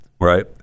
right